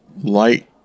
light